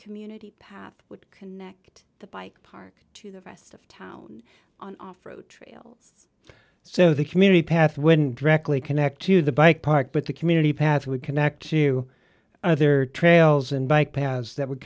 community path would connect the bike park to the rest of town on off road trails so the community path when directly connected the bike park but the community path would connect to other trails and bike paths that would